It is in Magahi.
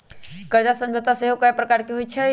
कर्जा समझौता सेहो कयगो प्रकार के होइ छइ